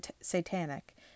satanic